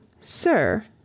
Sir